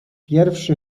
pierwszy